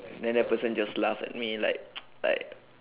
then that person just laugh at me like like